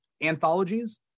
anthologies